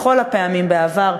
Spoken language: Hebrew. בכל הפעמים בעבר,